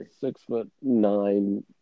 six-foot-nine